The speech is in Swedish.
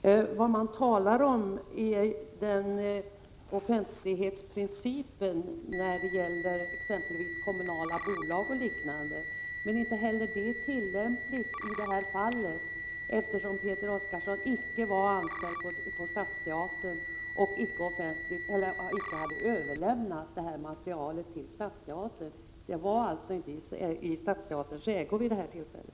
Herr talman! Vad man talar om i domen är offentlighetsprincipen när det gäller exempelvis kommunala bolag och liknande. Men inte heller det är tillämpligt i det här fallet, eftersom Peter Oskarsson icke var anställd på stadsteatern och icke hade överlämnat materialet till stadsteatern. Materialet var alltså inte i stadsteaterns ägo vid det här tillfället.